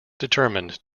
determined